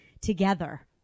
together